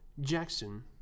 Jackson